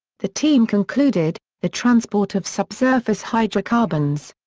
the team concluded the transport of subsurface hydrocarbons.